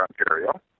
Ontario